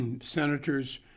senators